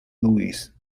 louis